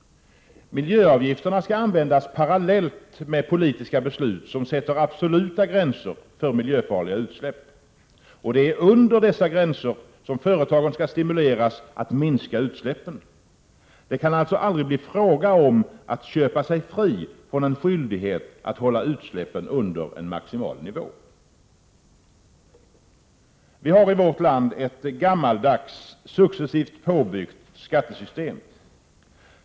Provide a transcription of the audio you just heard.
Miljöavgifterna skall användas parallellt med politiska beslut som sätter absoluta gränser för miljöfarliga utsläpp. Under dessa gränser skall företagen stimuleras att minska utsläppen. Det kan alltså aldrig bli fråga om att ”köpa sig fri” från en skyldighet att hålla utsläppen under en maximal nivå. Vi har i Sverige ett gammaldags, successivt påbyggt skattesystem.